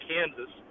Kansas